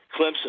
Clemson